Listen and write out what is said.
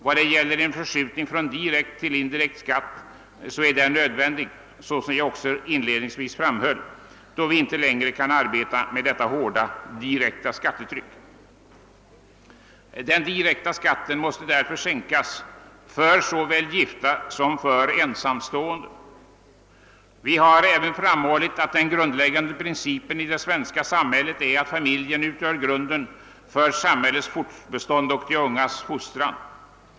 Vad det gäller en förskjutning från direkt till indirekt skatt, så är den nödvändig — så som jag redan inledningsvis framhöll — då vi inte längre kan arbeta med detta hårda direkta skattetryck. Den direkta skatten måste därför sänkas för såväl gifta som ensamstående. Vi har även framhållit att den grundläggande principen i det svenska samhället är, att familjen utgör grunden för samhällets fortbestånd och de ungas fostran.